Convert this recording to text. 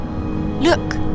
Look